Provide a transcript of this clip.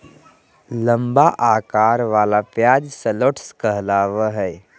लंबा अकार वला प्याज शलोट्स कहलावय हय